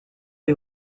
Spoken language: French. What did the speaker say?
est